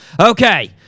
Okay